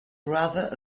rather